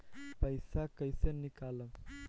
पैसा कैसे निकालम?